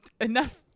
enough